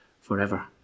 forever